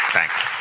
Thanks